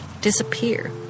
disappear